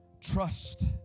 Trust